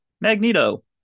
Magneto